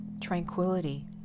tranquility